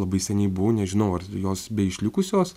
labai seniai buvau nežinau ar jos beišlikusios